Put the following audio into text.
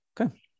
okay